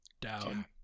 down